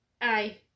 aye